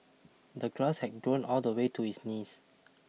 the grass had grown all the way to his knees